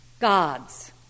God's